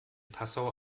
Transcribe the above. passau